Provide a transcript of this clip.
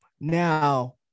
now